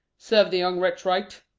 serve the young wretch right.